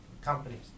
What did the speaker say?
companies